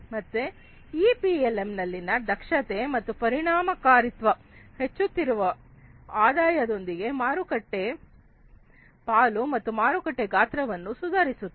ಮತ್ತೆ ಈ ಪಿಎಲ್ಎಂ ನಲ್ಲಿನ ದಕ್ಷತೆ ಮತ್ತು ಪರಿಣಾಮಕಾರಿತ್ವ ಹೆಚ್ಚುತ್ತಿರುವ ಆದಾಯದೊಂದಿಗೆ ಮಾರುಕಟ್ಟೆ ಪಾಲು ಮತ್ತು ಮಾರುಕಟ್ಟೆ ಗಾತ್ರವನ್ನು ಸುಧಾರಿಸುತ್ತದೆ